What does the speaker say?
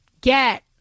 get